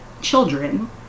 children